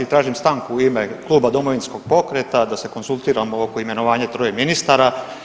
Tražim stanku u ime Kluba Domovinskog pokreta da se konzultiramo oko imenovanja troje ministara.